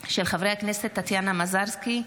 של חברי הכנסת טטיאנה מזרסקי,